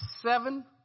seven